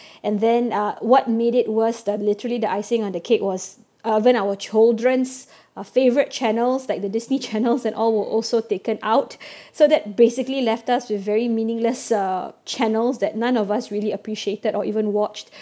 and then uh what made it worse the literally the icing on the cake was uh even our children's uh favourite channels like the Disney channels and all were also taken out so that basically left us with very meaningless uh channels that none of us really appreciated or even watched